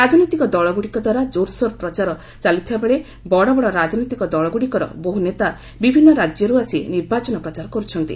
ରାଜନୈତିକ ଦଳଗୁଡ଼ିକଦ୍ୱାରା ଜୋର୍ସୋର୍ ପ୍ରଚାର ଚାଲିଥିବାବେଳେ ବଡ଼ ବଡ଼ ରାଜନୈତିକ ଦଳଗୁଡ଼ିକର ବହୁ ନେତା ବିଭିନ୍ନ ରାଜ୍ୟରୁ ଆସି ନିର୍ବାଚନ ପ୍ରଚାର କରୁଛନ୍ତି